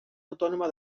autònoma